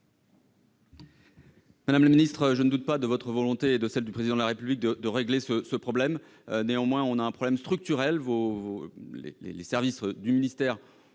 Madame la ministre, je ne doute pas de votre volonté et de celle du Président de la République de régler ce problème. Néanmoins, nous avons un problème structurel. Les services du ministère